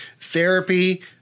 therapy